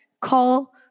call